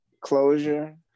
Closure